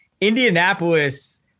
Indianapolis